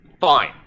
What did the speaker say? Fine